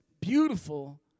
beautiful